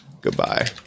Goodbye